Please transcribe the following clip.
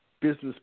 business